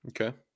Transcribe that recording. Okay